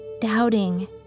doubting